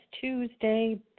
Tuesday